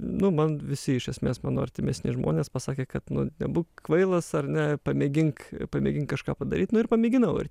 nu man visi iš esmės mano artimesni žmonės pasakė kad nu nebūk kvailas ar ne pamėgink pamėgink kažką padaryt nu ir pamėginau ir